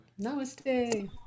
Namaste